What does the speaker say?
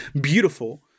beautiful